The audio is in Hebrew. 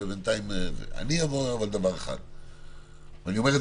אבל אני רואה את